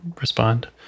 respond